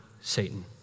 Satan